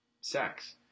sex